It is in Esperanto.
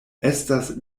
estas